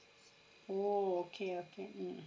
oh okay okay mm